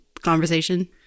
conversation